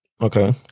Okay